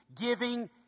giving